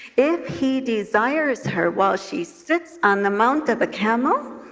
if he desires her while she sits on the mount of a camel,